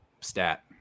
stat